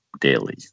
daily